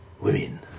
Women